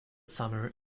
summer